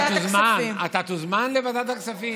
אתה תוזמן לוועדת הכספים.